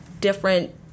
different